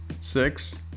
six